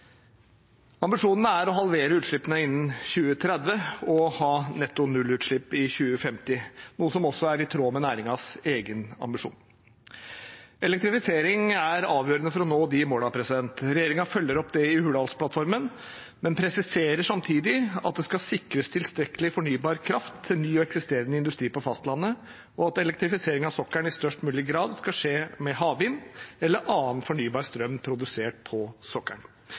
Ambisjonen er å halvere utslippene innen 2030 og ha netto nullutslipp i 2050, noe som også er i tråd med næringens egen ambisjon. Elektrifisering er avgjørende for å nå de målene. Regjeringen følger opp det i Hurdalsplattformen, men presiserer samtidig at det skal sikres tilstrekkelig fornybar kraft til ny og eksisterende industri på fastlandet, og at elektrifisering av sokkelen i størst mulig grad skal skje med havvind eller annen fornybar strøm produsert på sokkelen.